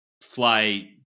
fly